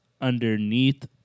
underneath